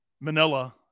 Manila